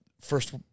First